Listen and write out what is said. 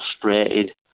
frustrated